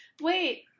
Wait